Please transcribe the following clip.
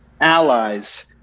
allies